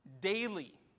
daily